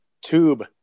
tube